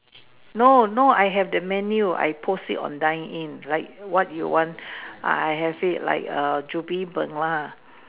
no no I have the menu I post it on dine in like what you want I have it like err chu-bee-png lah